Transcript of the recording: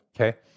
Okay